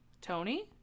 tony